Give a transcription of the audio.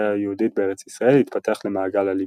היהודית בארץ ישראל התפתח למעגל אלימות.